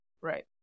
right